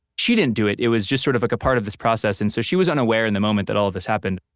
she didn't do it, it was just sort of like a part of this process and so she was unaware in the moment that all of this happened